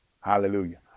Hallelujah